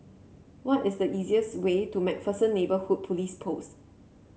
what is the easiest way to MacPherson Neighbourhood Police Post